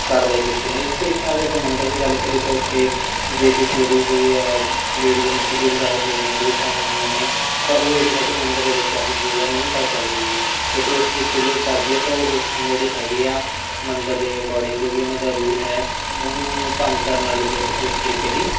ਕਾਰਵਾਈ ਕੀਤੀ ਆ ਇਸ ਤਰੀਕੇ ਨਾਲ ਜੇ ਆਪਾਂ ਮੰਦਰ ਦੀ ਗੱਲ ਕਰੀਏ ਤਾਂ ਉੱਥੇ ਜੇ ਕਿਸੇ ਜਿਹੜੀ ਇਹ ਹੈ ਲੇਡੀਜ ਨੂੰ ਪੀਰੀਅਡਸ ਆਏ ਹੋਏ ਨੇ ਡੇਟਸ ਆਈਆਂ ਹੋਈਆਂ ਨੇ ਤਾਂ ਉਹ ਜਿਹੜੀ ਹੈਗੀ ਆ ਮੰਦਰ ਦੇ ਵਿੱਚ ਜਾ ਕੇ ਪੂਜਾ ਨਹੀਂ ਕਰ ਸਕਦੀ ਗੀ ਜੇਕਰ ਉਸ ਤਰੀਕੇ ਦੀ ਉਹ ਕਰਦੀ ਆ ਤਾਂ ਓਹ ਉੱਥੋਂ ਦੇ ਜਿਹੜੀ ਹੈਗੇ ਆ ਮੰਦਰ ਦੇ ਅਕੋਡਿੰਗ ਜੋ ਵੀ ਉਹਨਾਂ ਦਾ ਰੂਲ ਹੈ ਉਹਨੂੰ ਭੰਗ ਕਰਨ ਵਾਲੇ ਦੇ ਵਿਰੁੱਧ ਉਸ ਤਰੀਕੇ ਦੀ